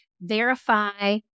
verify